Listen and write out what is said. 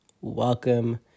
Welcome